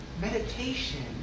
Meditation